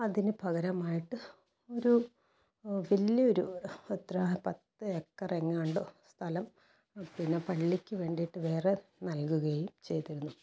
അതിനു പകരമായിട്ട് ഒരു വലിയൊരു എത്ര പത്തേക്കറെങ്ങാണ്ടോ സ്ഥലം പിന്നെ പള്ളിക്ക് വേണ്ടിട്ട് വേറെ നൽകുകയും ചെയ്തിരുന്നു